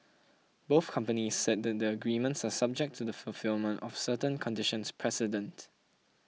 both companies said that the agreements are subject to the fulfilment of certain conditions precedent